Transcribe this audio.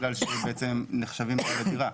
כי הם נחשבים לבעלי דירה,